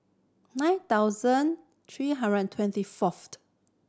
nine thousand three hundred and twenty first